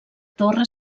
torre